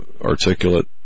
articulate